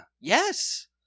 Yes